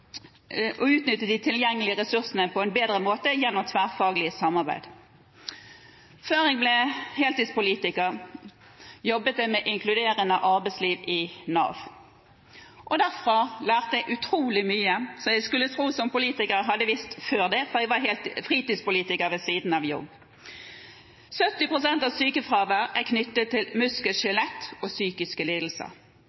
måte gjennom tverrfaglig samarbeid. Før jeg ble heltidspolitiker, jobbet jeg med inkluderende arbeidsliv i Nav. Av det lærte jeg utrolig mye, som en skulle tro at jeg som politiker hadde visst før det, for jeg var fritidspolitiker ved siden av jobben. Jeg fikk med meg bl.a.: 70 pst. av sykefraværet er knyttet til muskel- og skjelettlidelser og psykiske lidelser.